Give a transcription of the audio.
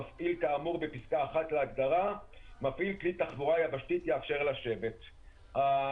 מפעיל כאמור בפסקה (1) להגדרה "מפעיל כלי תחבורה יבשתית" יאפשר לשבת ";"